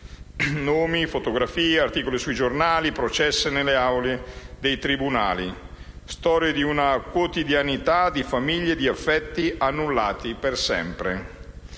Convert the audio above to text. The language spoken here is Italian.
nomi, fotografie, articoli sui giornali, processi nelle aule dei tribunali. Storie di una quotidianità, di famiglie, di affetti annullati per sempre.